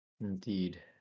Indeed